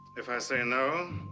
if i say no,